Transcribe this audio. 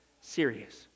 serious